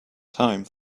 time